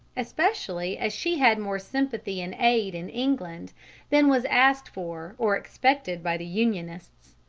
especially as she had more sympathy and aid in england than was asked for or expected by the unionists.